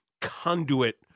conduit